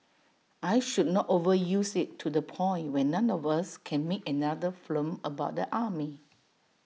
I should not overuse IT to the point when none of us can make another film about the army